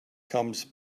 comes